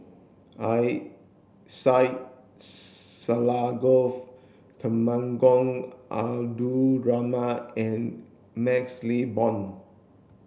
Syed Alsagoff Temenggong Abdul Rahman and MaxLe Blond